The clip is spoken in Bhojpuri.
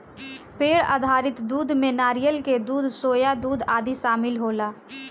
पेड़ आधारित दूध में नारियल के दूध, सोया दूध आदि शामिल होला